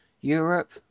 Europe